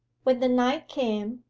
when the night came,